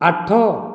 ଆଠ